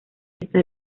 esta